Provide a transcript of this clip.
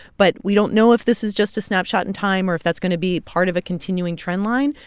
but we don't know if this is just a snapshot in time or if that's going to be part of a continuing trend line.